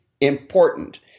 important